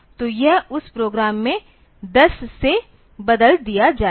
तो यह उस प्रोग्राम में 10 से बदल दिया जाएगा